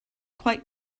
quite